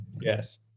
Yes